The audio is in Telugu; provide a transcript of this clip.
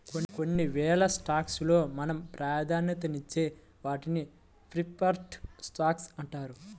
కొన్ని వేల స్టాక్స్ లో మనం ప్రాధాన్యతనిచ్చే వాటిని ప్రిఫర్డ్ స్టాక్స్ అంటారు